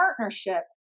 partnership